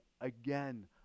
again